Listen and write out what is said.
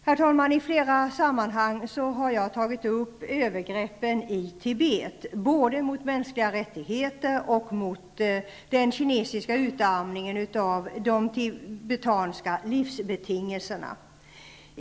Herr talman! I flera sammanhang har jag tagit upp övergreppen i Tibet mot mänskliga rättigheter och den kinesiska utarmningen av de tibetanska livsbetingelserna.